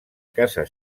casa